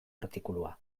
artikulua